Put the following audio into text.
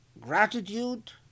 gratitude